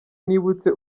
nibutse